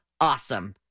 awesome